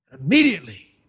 Immediately